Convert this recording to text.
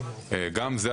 גם זה,